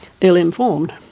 ill-informed